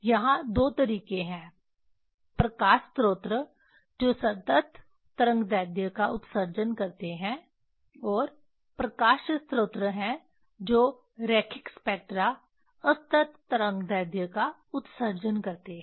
यहां दो तरीके हैं प्रकाश स्रोत जो संतत तरंगदैर्ध्य का उत्सर्जन करते हैं और प्रकाश स्रोत हैं जो रेखिक स्पेक्ट्रा असतत तरंगदैर्ध्य का उत्सर्जन करते हैं